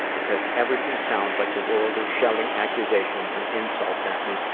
because everything sounds like the world is shouting accusations and insults at me,